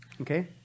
Okay